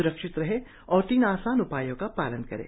स्रक्षित रहें और तीन आसान उपायों का पालन करें